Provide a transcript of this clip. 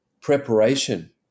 preparation